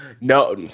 No